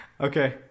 Okay